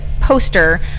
poster